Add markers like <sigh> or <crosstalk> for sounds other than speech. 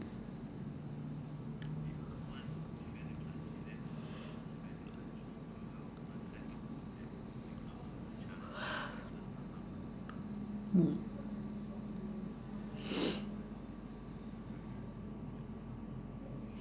<noise> hmm